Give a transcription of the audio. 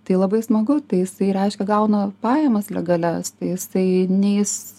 tai labai smagu tai jisai reiškia gauna pajamas legalias tai jisai neis